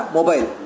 Mobile